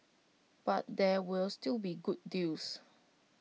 but there will still be good deals